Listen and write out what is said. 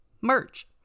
merch